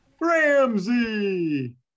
Ramsey